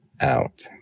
out